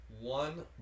one